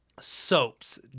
Soaps